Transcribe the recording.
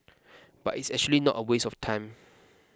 but it's actually not a waste of time